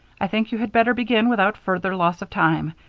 i think you had better begin without further loss of time.